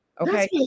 Okay